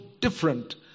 different